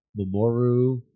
Momoru